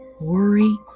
worry